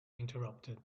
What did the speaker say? interrupted